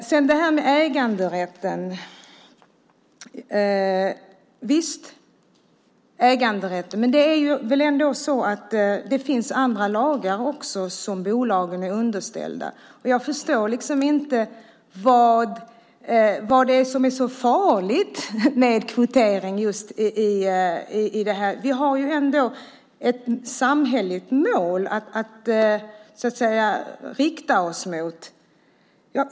Det talas om äganderätten. Det är väl ändå så att det finns andra lagar också som bolagen är underställda. Jag förstår inte vad som är så farligt med kvotering. Vi har ändå ett samhälleligt mål att rikta oss mot.